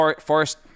Forest